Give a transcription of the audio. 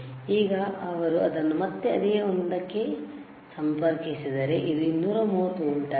ಈಗ ಅವನು ಅದನ್ನು ಮತ್ತೆ ಅದೇ ಒಂದಕ್ಕೆ ಸಂಪರ್ಕಿಸಿದರೆ ಇದು 230 ವೋಲ್ಟ್ ಆಗಿದೆ